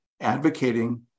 advocating